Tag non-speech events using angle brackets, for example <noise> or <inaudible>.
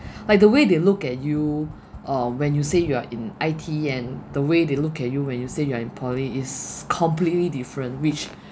<breath> like the way they look at you uh when you say you are in I_T_E and the way they look at you when you say you are in poly is completely different which